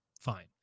fine